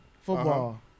football